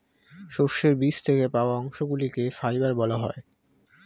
সর্ষের বীজ থেকে পাওয়া অংশগুলিকে ফাইবার বলা হয়